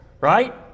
Right